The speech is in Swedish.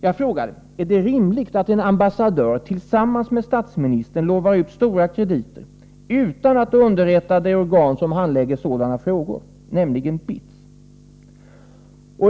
Jag frågade: Är det rimligt att en ambassadör tillsammans med statsministern lovar ut stora krediter utan att underrätta det organ som handlägger sådana frågor, nämligen BITS?